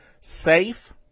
Safe